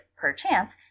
perchance